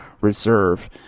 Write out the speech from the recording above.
Reserve